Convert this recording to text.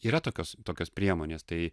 yra tokios tokios priemonės tai